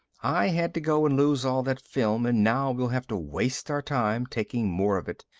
i had to go and lose all that film and now we'll have to waste our time taking more of it.